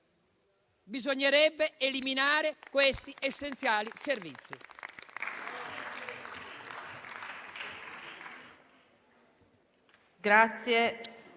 bisognerebbe eliminare questi essenziali servizi.